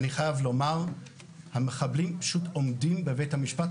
אני חייב לומר שהמחבלים פשוט עומדים בבית המשפט,